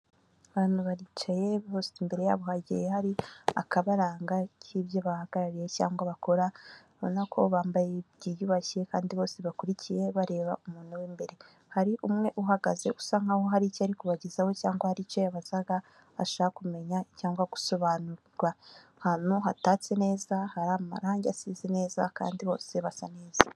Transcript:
Abantu baricaye bose, imbere yabo hagiye hari akabaranga k'ibyo bahagarariye cyangwa bakora, ubona ko bambaye byiyubashye kandi bose bakurikiye bareba umuntu w'imbere , hari umwe uhagaze usa nk' aho hari icyo ari kubagezaho cyangwa hari icyo yabazaga ashaka kumenya cyangwa gusobanurirwa. Ahantu hatatse neza hari amarangi asize neza kandi bose basa neza.